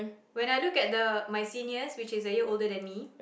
when I look at the my seniors which is a year older than me